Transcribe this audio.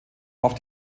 auf